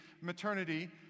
maternity